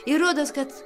ir rodos kad